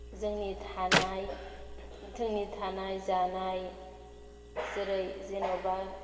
जोंनि थानाय जोंनि थानाय जानाय जेरै जेनबा